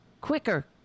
Quicker